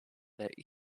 that